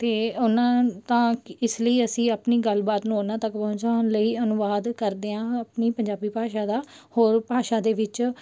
ਅਤੇ ਉਹਨਾਂ ਤਾਂ ਕਿ ਇਸ ਲਈ ਅਸੀਂ ਆਪਣੀ ਗੱਲਬਾਤ ਨੂੰ ਉਹਨਾਂ ਤੱਕ ਪਹੁੰਚਾਉਣ ਲਈ ਅਨੁਵਾਦ ਕਰਦੇ ਹਾਂ ਆਪਣੀ ਪੰਜਾਬੀ ਭਾਸ਼ਾ ਦਾ ਹੋਰ ਭਾਸ਼ਾ ਦੇ ਵਿੱਚ